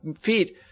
feed